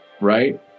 right